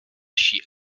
she